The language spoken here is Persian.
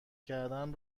کردن